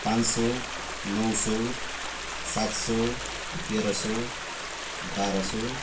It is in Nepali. पाँच सौ नौ सौ सात सौ तेह्र सौ बाह्र सौ